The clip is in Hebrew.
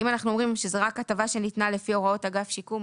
אם אנחנו אומרים שזו רק הטבה שניתנה לפי הוראות אגף שיקום,